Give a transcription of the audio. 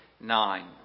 Nine